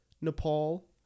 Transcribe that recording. Nepal